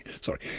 Sorry